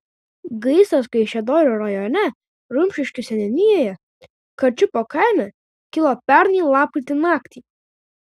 gaisras kaišiadorių rajone rumšiškių seniūnijoje karčiupio kaime kilo pernai lapkritį naktį